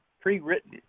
pre-written